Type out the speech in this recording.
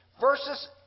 versus